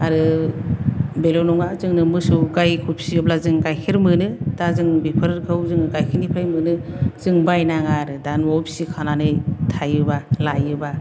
आरो बेल' नङा जोंनो मोसौ गायखौ फिसियोब्ला जों गायखेर मोनो दा जों बेफोरखौ जों गायखेरनिफ्राय मोनो जों बायनाङा आरो दा न'आव फिसिखानानै थायोबा लायोबा